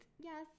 yes